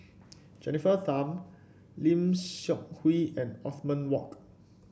Jennifer Tham Lim Seok Hui and Othman Wok